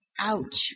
Ouch